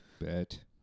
bet